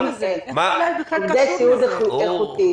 עובדי סיעוד איכותיים.